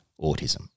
autism